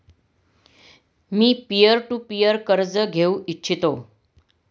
me peer to peer कर्ज घेऊ इच्छितो